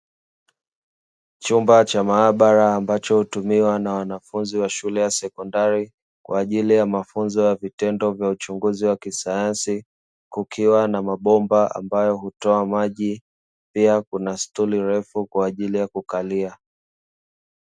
Chumba cha maabara ambacho hutumiwa na wanafunzi wa shule ya sekondari kwa ajili ya mafunzo ya vitendo vya uchunguzi wa kisayansi, kukiwa na mabomba ambayo hutoa maji; pia kuna stuli refu kwa ajili ya kukalia.